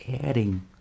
adding